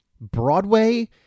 Broadway